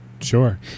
Sure